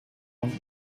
und